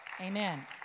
Amen